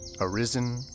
arisen